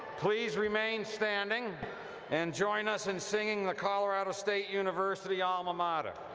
please remain standing and join us in singing the colorado state university alma mater.